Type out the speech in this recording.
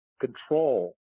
control